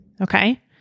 okay